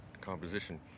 composition